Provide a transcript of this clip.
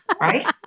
right